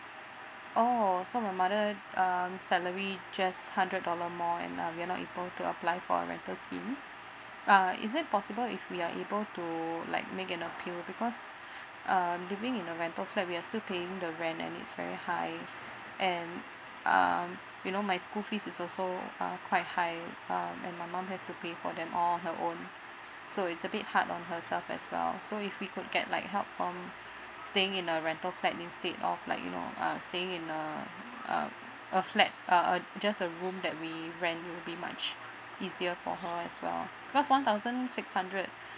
oh so my mother um salary just hundred dollar more and uh we are not able to apply for a rental scheme uh is it possible if we are able to like make an appeal because um living in a rental flat we're still paying the rent and it's very high and um you know my school fees is also uh quite high uh and my mum has to pay for them all on her own so it's a bit hard on herself as well so if we could get like help from staying in a rental flat instead of like you know um stay in uh uh a flat uh uh just a room that we rent will be much easier for her as well because one thousand six hundred